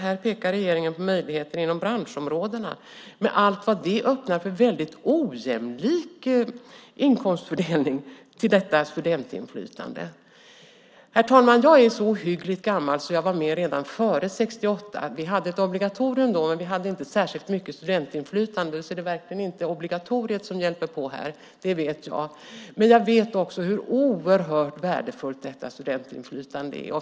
Här pekar regeringen på möjligheter inom branschområdena med allt vad det öppnar för väldigt ojämlik inkomstfördelning till detta studentinflytande. Herr talman! Jag är så ohyggligt gammal att jag var med redan före 1968. Vi hade ett obligatorium då, men vi hade inte särskilt mycket studentinflytande, så det är verkligen inte obligatoriet som hjälper här. Det vet jag. Men jag vet också hur oerhört värdefullt detta studentinflytande är.